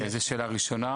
זה שאלה ראשונה,